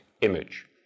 image